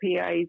PAs